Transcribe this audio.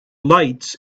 lights